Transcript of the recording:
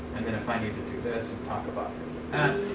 and then if i need to do this and talk about this and